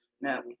no